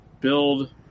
build